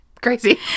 Crazy